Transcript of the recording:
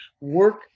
work